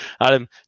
Adam